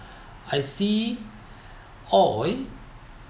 I see oil